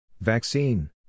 Vaccine